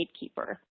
gatekeeper